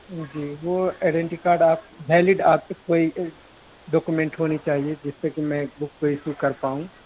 جی وہ identity card آپ valid آپ کا کوئی ڈاکومینٹ ہونی چاہیے جس سے کہ میں اس بک کو ایشو کر پاؤں